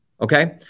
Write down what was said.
Okay